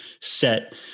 set